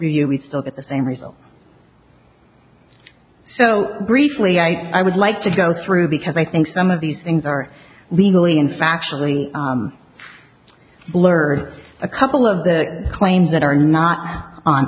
really still get the same result so briefly i i would like to go through because i think some of these things are legally and factually blurred a couple of the claims that are not on